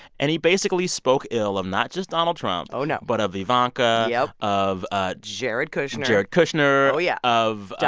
and he basically spoke ill of not just donald trump. oh, no. but of ivanka. yup. of. ah jared kushner. jared kushner. oh, yeah. of.